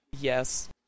Yes